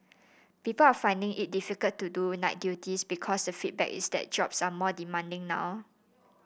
people are finding it difficult to do night duties because the feedback is that jobs are more demanding now